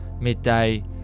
midday